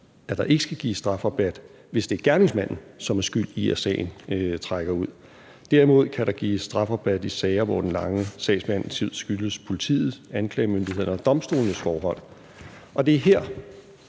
altså ikke skal gives strafrabat, hvis det er gerningsmanden, som er skyld i, at sagen trækker ud. Derimod kan der gives strafrabat i sager, hvor den lange sagsbehandlingstid skyldes politiet, anklagemyndigheden og domstolenes forhold. Og det er her